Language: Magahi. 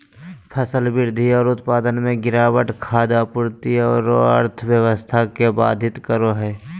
फसल वृद्धि और उत्पादन में गिरावट खाद्य आपूर्ति औरो अर्थव्यवस्था के बाधित करो हइ